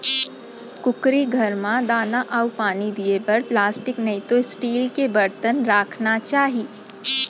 कुकरी घर म दाना अउ पानी दिये बर प्लास्टिक नइतो स्टील के बरतन राखना चाही